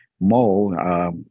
mo